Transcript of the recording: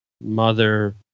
mother